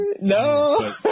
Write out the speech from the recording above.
No